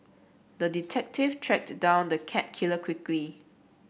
the detective tracked down the cat killer quickly